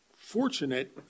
fortunate